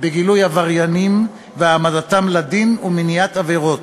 בגילוי עבריינים והעמדתם לדין ומניעת עבירות.